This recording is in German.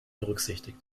berücksichtigt